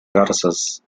garzas